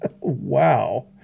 Wow